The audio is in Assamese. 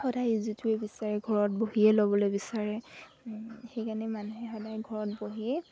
সদায় ইজিটোৱে বিচাৰে ঘৰত বহিয়ে ল'বলৈ বিচাৰে সেইকাৰণে মানুহে সদায় ঘৰত বহিয়ে